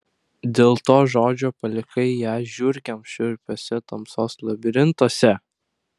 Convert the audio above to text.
dėl to žodžio palikai ją žiurkėms šiurpiuose tamsos labirintuose